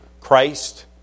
Christ